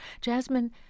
Jasmine